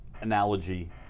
analogy